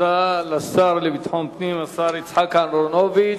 תודה לשר לביטחון פנים יצחק אהרונוביץ.